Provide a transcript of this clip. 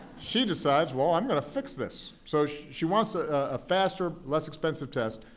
she decides, well, i'm going to fix this. so she she wants a ah faster, less-expensive test.